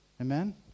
Amen